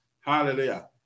Hallelujah